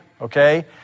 okay